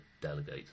delegate